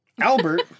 Albert